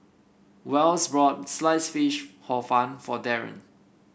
Wells bought Sliced Fish Hor Fun for Darron